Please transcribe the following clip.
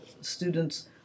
students